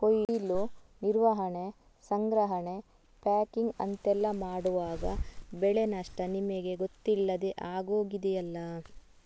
ಕೊಯ್ಲು, ನಿರ್ವಹಣೆ, ಸಂಗ್ರಹಣೆ, ಪ್ಯಾಕಿಂಗ್ ಅಂತೆಲ್ಲ ಮಾಡುವಾಗ ಬೆಳೆ ನಷ್ಟ ನಮಿಗೆ ಗೊತ್ತಿಲ್ಲದೇ ಆಗುದಿದೆಯಲ್ಲ